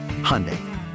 Hyundai